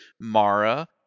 Mara